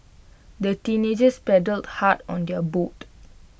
the teenagers paddled hard on their boat